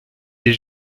des